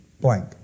blank